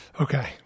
Okay